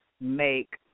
Make